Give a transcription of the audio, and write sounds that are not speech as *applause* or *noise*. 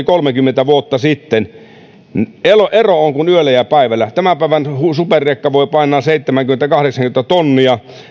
*unintelligible* kolmekymmentä vuotta sitten ero ero on kuin yöllä ja päivällä tämän päivän superrekka voi painaa seitsemänkymmentä viiva kahdeksankymmentä tonnia